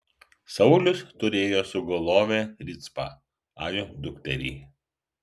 saulius turėjo sugulovę ricpą ajo dukterį